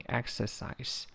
exercise